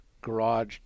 garage